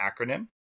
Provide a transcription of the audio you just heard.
acronym